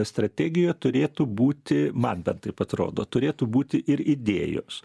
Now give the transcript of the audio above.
strategiją turėtų būti man bent taip atrodo turėtų būti ir idėjos